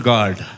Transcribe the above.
God